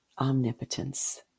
omnipotence